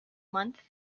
month